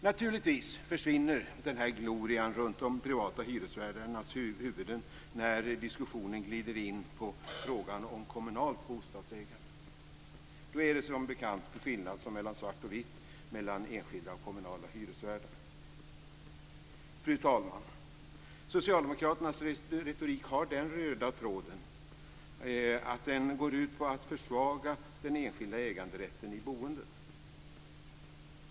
Naturligtvis försvinner glorian runt de privata hyresvärdarnas huvuden när diskussionen glider in på frågan om kommunalt bostadsägande. Då är det som bekant en skillnad mellan enskilda och kommunala hyresvärdar som mellan svart och vitt. Fru talman! Socialdemokraternas retorik har den röda tråden att försvaga den enskilda äganderätten i boendet.